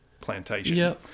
plantation